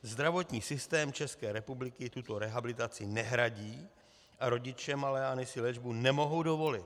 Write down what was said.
Zdravotní systém České republiky tuto rehabilitaci nehradí a rodiče malé Anny si léčbu nemohou dovolit.